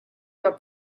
your